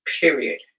period